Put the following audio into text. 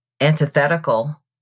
antithetical